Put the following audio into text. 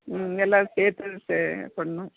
ம் எல்லாம் சேர்த்து ச பண்ணணும்